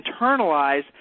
internalize